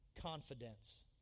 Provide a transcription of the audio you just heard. Confidence